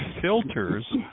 filters